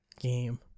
game